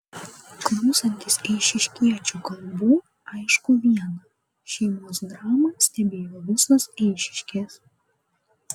klausantis eišiškiečių kalbų aišku viena šeimos dramą stebėjo visos eišiškės